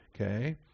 okay